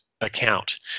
account